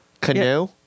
Canoe